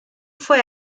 fue